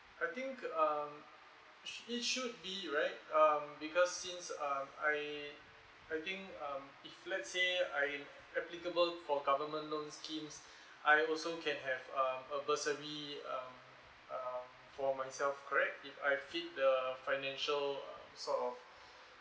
I think um s~ it should be right um because since um I I think um if let's say I applicable for government loans scheme I also can have um a bursary um uh for myself correct if I fit the financial sort of